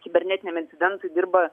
kibernetiniam incidentui dirba